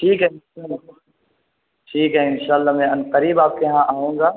ٹھیک ہے ٹھیک ہے انشاء اللہ میں عنقریب آپ کے یہاں آؤں گا